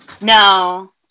No